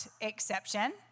exception